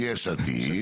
-- יש עתיד.